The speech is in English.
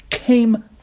came